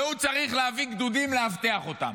והוא צריך להביא גדודים לאבטח אותם.